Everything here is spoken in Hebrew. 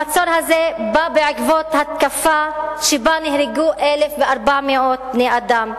המצור הזה בא בעקבות התקפה שבה נהרגו 1,400 בני-אדם,